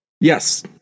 Yes